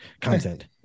Content